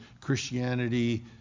Christianity